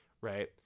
right